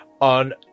on